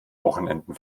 wochenenden